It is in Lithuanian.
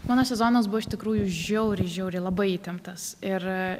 mano sezonas buvo iš tikrųjų žiauriai žiauriai labai įtemptas ir